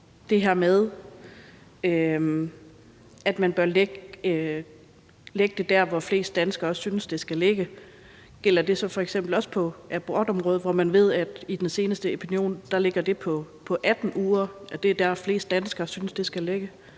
det her med, at man bør lægge det der, hvor flest danskere synes det skal ligge, gælder det så f.eks. også på abortområdet, hvor man ved, at det i den seneste meningsmåling fra Epinion ligger på 18 uger, altså at det er der, hvor flest danskere synes det skal ligge?